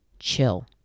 chill